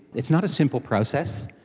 it's not a simple process.